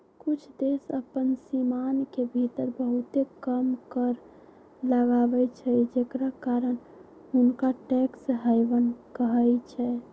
कुछ देश अप्पन सीमान के भीतर बहुते कम कर लगाबै छइ जेकरा कारण हुंनका टैक्स हैवन कहइ छै